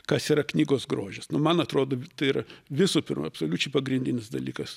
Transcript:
kas yra knygos grožis nu man atrodo tai yra visų pirma absoliučiai pagrindinis dalykas